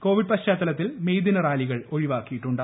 Covid പശ്ചാത്തലത്തിൽ May ദിന റാലികൾ ഒഴിവാക്കിയിട്ടുണ്ട്